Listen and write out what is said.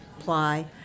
apply